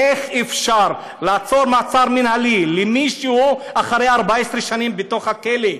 איך אפשר לעצור מעצר מינהלי מישהו אחרי 14 שנים בכלא?